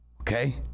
Okay